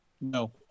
No